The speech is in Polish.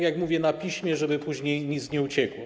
Jak mówię, na piśmie, żeby później nic nie uciekło.